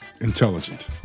intelligent